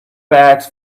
bags